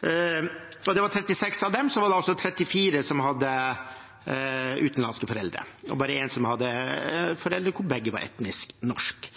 var det 34 av totalt 36 som hadde utenlandske foreldre, og bare én som hadde foreldre som begge var etnisk